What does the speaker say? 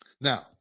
Now